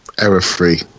error-free